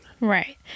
Right